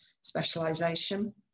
specialisation